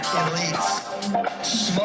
elites